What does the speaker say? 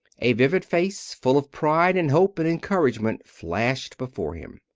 a vivid face, full of pride, and hope, and encouragement flashed before him.